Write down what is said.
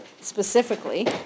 specifically